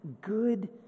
good